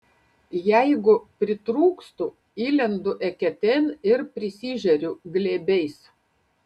jeigu pritrūkstu įlendu eketėn ir prisižeriu glėbiais